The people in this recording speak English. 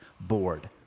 board